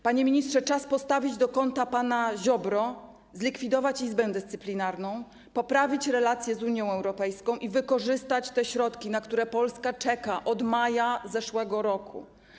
Panie ministrze, czas postawić do kąta pana Ziobro, zlikwidować Izbę Dyscyplinarną, poprawić relacje z Unią Europejską i wykorzystać te środki, na które Polska czeka od maja zeszłego roku.